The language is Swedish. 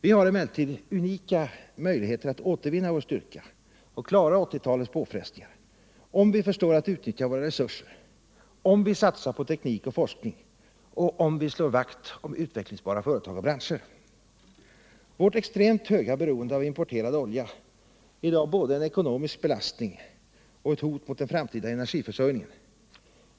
Vi har emellertid unika möjligheter att återvinna vår styrka och klara 1980-talets påfrestningar, om vi förstår att utnyttja våra resurser, om vi satsar på teknik och forskning och om vi slår vakt om utvecklingsbara företag och branscher. Vårt extremt höga beroende av importerad olja är i dag både en ekonomisk belastning och ett hot mot den framtida energiförsörjningen.